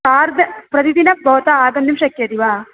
प्रतिदिनं भवता आगन्तुं शक्यते वा